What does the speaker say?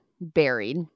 buried